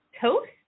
Toast